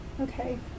Okay